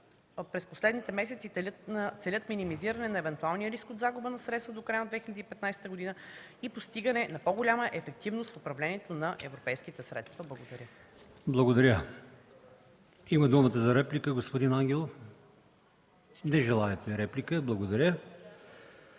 през последните месеци целят минимизиране на евентуалния риск от загуба на средства до края на 2015 г. и постигане на по-голяма ефективност в управлението на европейските средства. Благодаря Ви. ПРЕДСЕДАТЕЛ АЛИОСМАН ИМАМОВ: Благодаря. Има думата за реплика господин Ангелов. Не желаете реплика. Благодаря.